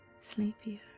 sleepier